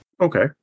Okay